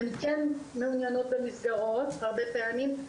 הן כן מעוניינות במסגרות הרבה פעמים,